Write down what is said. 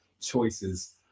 choices